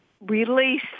release